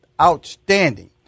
Outstanding